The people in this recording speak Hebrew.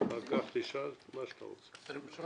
אחר כך תשאל מה שאתה רוצה.